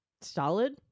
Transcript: Solid